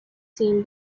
seen